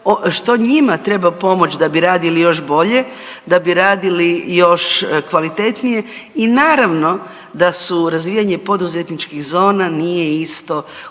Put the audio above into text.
što njima treba pomoć da bi radili još bolje, da bi radili još kvalitetnije i naravno da su razvijanje poduzetničkih zona nije isto u